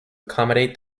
accommodate